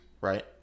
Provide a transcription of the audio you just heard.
right